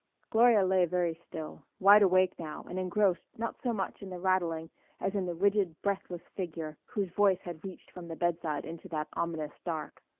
gloria lay very still, wide awake now and engrossed not so much in the rattling as in the rigid breathless figure whose voice had reached from the bedside into that ominous dark.